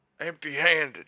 empty-handed